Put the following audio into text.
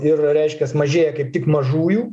ir reiškias mažėja kaip tik mažųjų